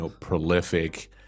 prolific